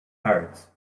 parrots